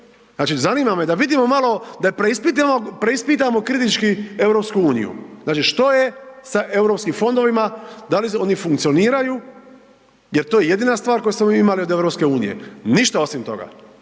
Znači zanima me da vidimo malo da preispitamo kritički EU, što je sa europskim fondovima, da li oni funkcioniraju jel to je jedina stvar koju smo mi imali od EU, ništa osim toga.